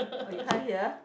oh you can't hear